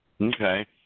Okay